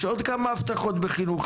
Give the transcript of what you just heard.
יש עוד כמה הבטחות בחינוך,